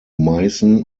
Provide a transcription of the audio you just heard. meißen